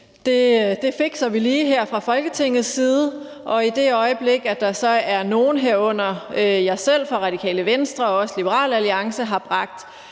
det fikser vi lige her fra Folketingets side. I det øjeblik, der så er nogle, herunder jeg selv fra Radikale Venstre og også Liberal Alliance, der har bragt